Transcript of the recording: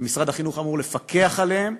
ומשרד החינוך אמור לפקח עליהם,